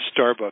Starbucks